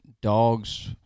dogs